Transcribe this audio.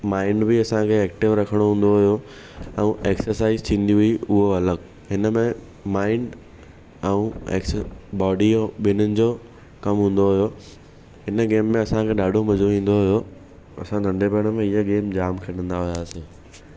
mind बि असांखे active रखणो हूंदो हुयो ऐं एक्सरसाइज थींदी हुई उहो अलॻि हिन में माइंड ऐं बॉडी जो ॿिनिन जो कमु हूंदो हुयो हिन गेम में असांखे ॾाढो मज़ो ईंदो हुयो असां नंढेपण इहा गेम जाम खेॾंदा हुयासीं